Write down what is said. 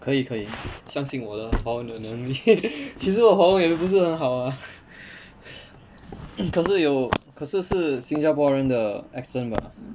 可以可以相信我的华文的能力 其实我华文也不是很好啊可是有可是是新加坡人的 accent mah